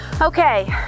Okay